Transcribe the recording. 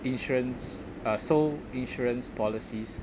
insurance uh so insurance policies